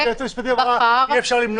והיועצת המשפטית אמרה שאי אפשר למנוע